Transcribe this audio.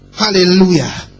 Hallelujah